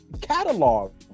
catalog